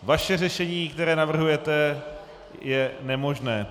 Vaše řešení, které navrhujete, je nemožné.